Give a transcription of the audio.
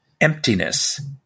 emptiness